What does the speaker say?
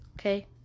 okay